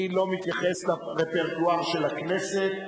חבר הכנסת כבל,